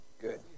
good